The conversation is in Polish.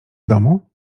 domu